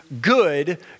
good